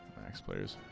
backs players